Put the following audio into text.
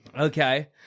Okay